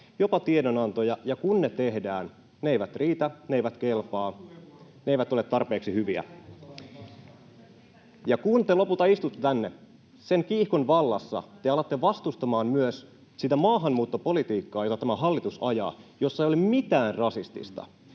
jopa tiedonantoja, ja kun ne tehdään, ne eivät riitä, ne eivät kelpaa, ne eivät ole tarpeeksi hyviä. Ja kun te lopulta istutte tänne sen kiihkon vallassa, te alatte vastustamaan myös sitä maahanmuuttopolitiikkaa, jota tämä hallitus ajaa, jossa ei ole mitään rasistista.